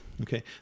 Okay